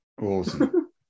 Awesome